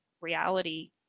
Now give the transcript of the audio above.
reality